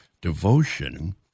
devotion